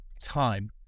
Time